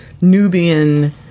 Nubian